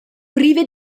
prive